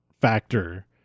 factor